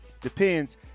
depends